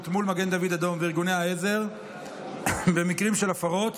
מול מד"א וארגוני העזר במקרים של הפרות